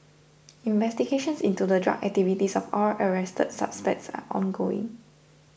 investigations into the drug activities of all arrested suspects are ongoing